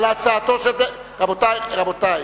רבותי,